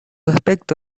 aspecto